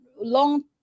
long